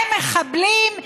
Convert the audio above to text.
הם מחבלים?